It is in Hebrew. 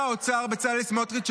ויותר מדויק: שר האוצר בצלאל סמוטריץ'